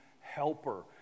helper